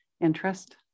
interest